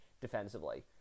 defensively